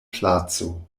placo